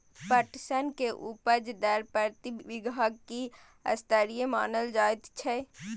पटसन के उपज दर प्रति बीघा की स्तरीय मानल जायत छै?